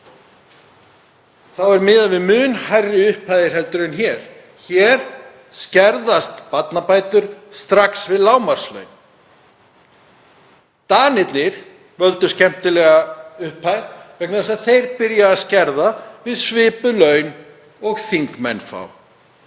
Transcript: er miðað við mun hærri upphæðir en hér. Hér skerðast barnabætur strax við lágmarkslaun. Danirnir völdu skemmtilega upphæð vegna þess að þeir byrja að skerða við svipuð laun og þingmenn fá.